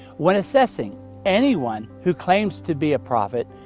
when assessing anyone who claims to be a prophet,